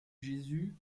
jésus